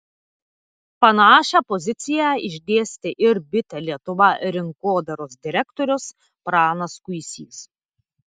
panašią poziciją išdėstė ir bitė lietuva rinkodaros direktorius pranas kuisys